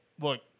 Look